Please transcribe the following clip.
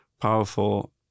powerful